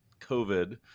COVID